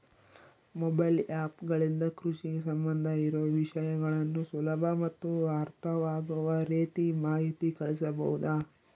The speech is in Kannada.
ಮೊಬೈಲ್ ಆ್ಯಪ್ ಗಳಿಂದ ಕೃಷಿಗೆ ಸಂಬಂಧ ಇರೊ ವಿಷಯಗಳನ್ನು ಸುಲಭ ಮತ್ತು ಅರ್ಥವಾಗುವ ರೇತಿ ಮಾಹಿತಿ ಕಳಿಸಬಹುದಾ?